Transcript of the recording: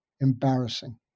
embarrassing